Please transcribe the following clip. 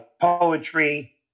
poetry